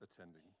attending